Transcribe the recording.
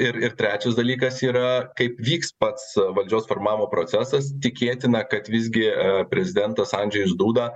ir ir trečias dalykas yra kaip vyks pats valdžios formavimo procesas tikėtina kad visgi prezidentas andžejus duda